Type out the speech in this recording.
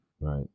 right